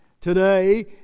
today